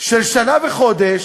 של שנה וחודש,